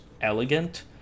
elegant